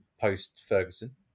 post-Ferguson